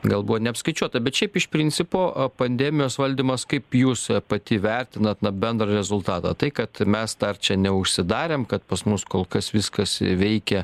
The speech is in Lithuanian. gal buvo neapskaičiuota bet šiaip iš principo pandemijos valdymas kaip jūs pati vertinat na bendrą rezultatą tai kad mes dar čia neužsidarėm kad pas mus kol kas viskas veikia